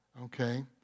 Okay